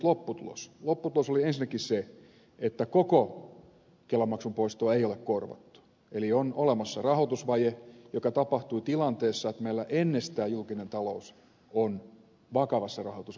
lopputulos oli ensinnäkin se että koko kelamaksun poistoa ei ole korvattu eli on olemassa rahoitusvaje joka tapahtui tilanteessa että meillä ennestään julkinen talous on vakavassa rahoitusvaikeudessa